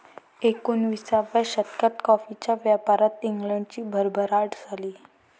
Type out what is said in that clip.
एकोणिसाव्या शतकात कॉफीच्या व्यापारात इंग्लंडची भरभराट झाली